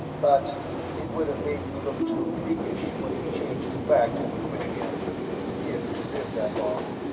but it would have made you look too freakish when we changed you back to human again if you live that long,